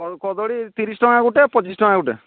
ଆଉ କଦଳୀ ତିରିଶ ଟଙ୍କା ଗୋଟିଏ ପଚିଶ ଟଙ୍କା ଗୋଟିଏ